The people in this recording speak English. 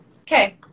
Okay